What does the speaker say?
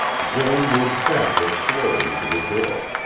joan moved backward slowly to the door.